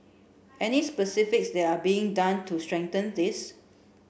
any specifics that are being done to strengthen this